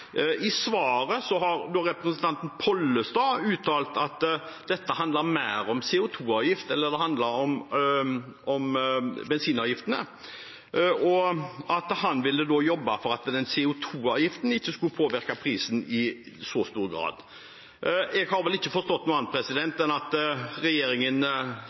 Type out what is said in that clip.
I sitt svar har representanten Pollestad uttalt at dette handler mer om CO 2 -avgift, eller at det handler om bensinavgiftene, og at han ville jobbe for at CO 2 -avgiften ikke skulle påvirke prisen i så stor grad. Jeg har ikke forstått noe annet enn at regjeringen